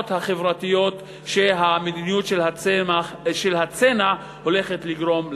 החברתיות שהמדיניות של הצנע הולכת לגרום.